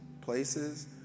places